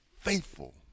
faithful